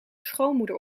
schoonmoeder